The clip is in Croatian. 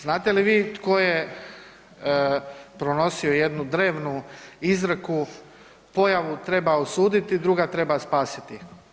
Znate li vi tko je pronosio jednu drevnu izreku, pojavu treba osuditi, druga treba spasiti?